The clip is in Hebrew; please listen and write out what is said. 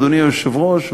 אדוני היושב-ראש,